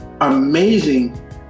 amazing